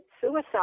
suicide